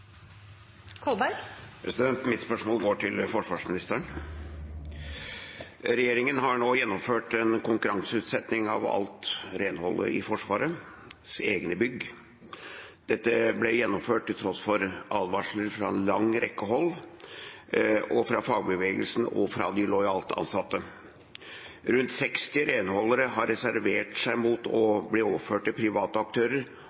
alt renholdet i Forsvarets egne bygg. Dette ble gjennomført til tross for advarsler fra en lang rekke hold, også fra fagbevegelsen og fra de lojale ansatte. Rundt 60 renholdere har reservert seg mot å bli overført til private aktører